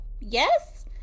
Yes